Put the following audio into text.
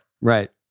Right